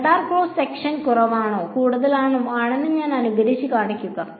radar cross section കുറവോ കൂടുതലോ ആണെന്ന് ഞാൻ അനുകരിച്ച് കാണിക്കുന്നു